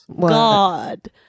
God